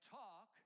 talk